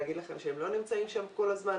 להגיד לכם שהם לא נמצאים שם כל הזמן,